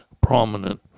prominent